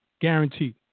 Guaranteed